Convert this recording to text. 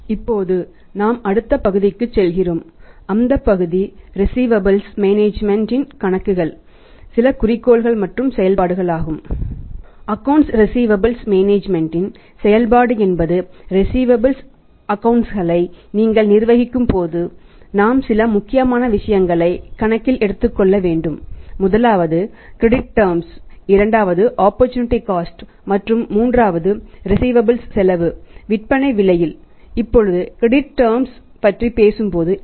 இப்போது நாம் அடுத்த பகுதிக்குச் செல்கிறோம் அந்த பகுதி ரிஸீவபல்